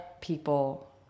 people